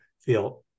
feel